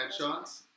headshots